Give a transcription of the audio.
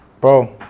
bro